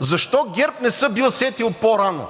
Защо ГЕРБ не се бил сетил по-рано?